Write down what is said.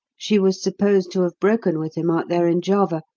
she was supposed to have broken with him out there in java,